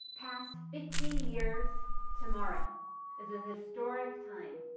passed fifty years tomorrow is a historic time.